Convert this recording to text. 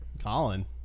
Colin